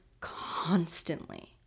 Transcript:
constantly